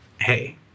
hey